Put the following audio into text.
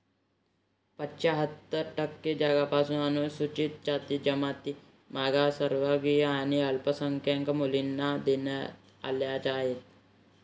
पंच्याहत्तर टक्के जागा अनुसूचित जाती, जमाती, मागासवर्गीय आणि अल्पसंख्याक मुलींना देण्यात आल्या आहेत